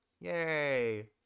Yay